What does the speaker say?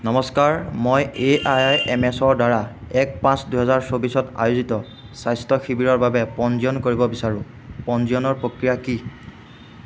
নমস্কাৰ মই A I I M এচৰ দ্বাৰা এক পাঁচ দুহেজাৰ চৌবিছত আয়োজিত স্বাস্থ্য শিবিৰৰ বাবে পঞ্জীয়ন কৰিব বিচাৰোঁ পঞ্জীয়নৰ প্ৰক্ৰিয়া কি